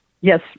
Yes